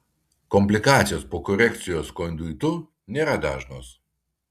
komplikacijos po korekcijos konduitu nėra dažnos